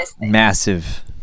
massive